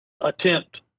attempt